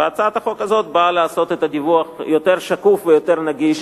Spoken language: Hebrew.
הצעת החוק הזאת באה לעשות את הדיווח יותר שקוף ויותר נגיש